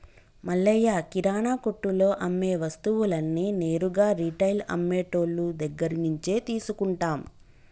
మల్లయ్య కిరానా కొట్టులో అమ్మే వస్తువులన్నీ నేరుగా రిటైల్ అమ్మె టోళ్ళు దగ్గరినుంచే తీసుకుంటాం